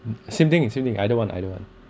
same thing is same thing either one either one